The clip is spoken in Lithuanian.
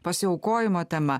pasiaukojimo tema